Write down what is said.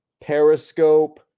Periscope